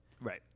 Right